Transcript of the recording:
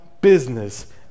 business